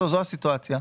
זאת הסיטואציה.